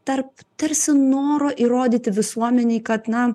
tarp tarsi noro įrodyti visuomenei kad na